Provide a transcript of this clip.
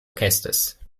orchesters